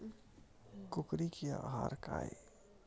कुकरी के आहार काय?